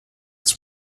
its